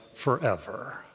forever